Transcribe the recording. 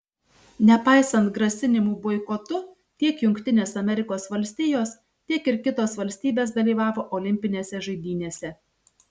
nepaisant grasinimų boikotu tiek jungtinės amerikos valstijos tiek ir kitos valstybės dalyvavo olimpinėse žaidynėse